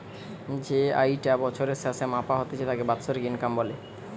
যেই আয়ি টা বছরের স্যাসে মাপা হতিছে তাকে বাৎসরিক ইনকাম বলে